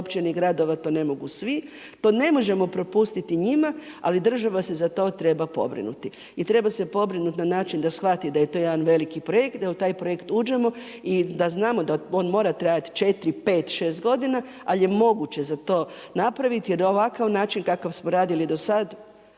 općina i gradova to ne mogu svi. To ne možemo prepustiti njima, ali država se za to treba pobrinuti. I treba se pobrinuti na način da shvati da je to jedan veliki projekt, da u taj projekt uđemo i da znamo da on mora trajati 4, 5, 6 godina. Ali je moguće za to napraviti, jer ovakav način kakav smo radili do sad